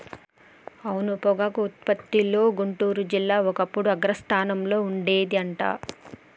అవును పొగాకు ఉత్పత్తిలో గుంటూరు జిల్లా ఒకప్పుడు అగ్రస్థానంలో ఉండేది అంట